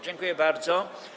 Dziękuję bardzo.